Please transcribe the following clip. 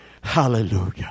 hallelujah